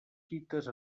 fites